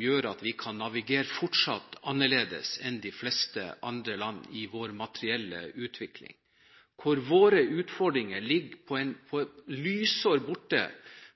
gjør at vi fortsatt kan navigere annerledes enn de fleste andre land når det gjelder vår materielle utvikling. Våre utfordringer ligger lysår borte